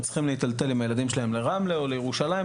הם צריכים להיטלטל עם הילדים שלהם לרמלה או לירושלים,